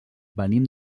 venim